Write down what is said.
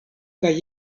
kaj